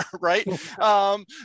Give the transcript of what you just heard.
right